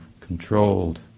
controlled